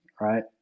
right